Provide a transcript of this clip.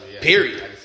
Period